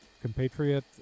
compatriot